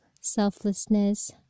selflessness